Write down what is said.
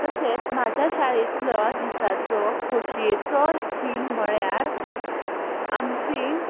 तशेंच म्हाज्या शाळेंतलो दिसाचो खोशयेचो खीण म्हळ्यार आमची